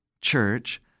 church